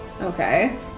Okay